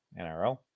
NRL